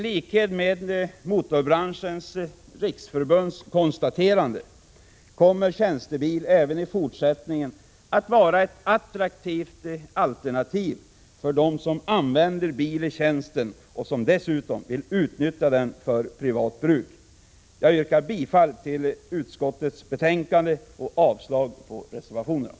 Som Motorbranschens riksförbund konstaterat kommer tjänstebil även i fortsättningen att vara ett attraktivt alternativ för dem som använder bil i tjänsten och som dessutom vill utnyttja bilen för privat bruk. Jag yrkar bifall till utskottets hemställan i betänkandet och avslag på reservationerna.